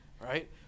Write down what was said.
right